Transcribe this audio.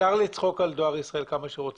אפשר לצחוק על דואר ישראל כמה שרוצים